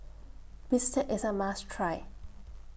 Bistake IS A must Try